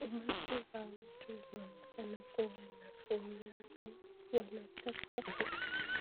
Umati wa watu unaonekana kuwa wanafuraha wanataka